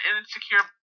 insecure